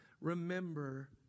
remember